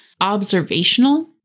observational